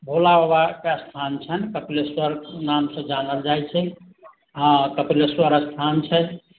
भोलाबाबाके स्थान छनि कपिलेश्वर नामसँ जानल जाइत छै हाँ कपिलेश्वर स्थान छै